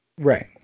Right